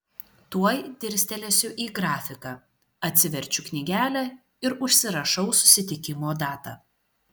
tuoj dirstelėsiu į grafiką atsiverčiu knygelę ir užsirašau susitikimo datą